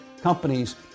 companies